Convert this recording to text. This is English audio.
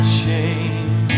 shame